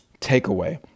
takeaway